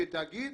כתאגיד,